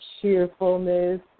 cheerfulness